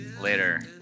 Later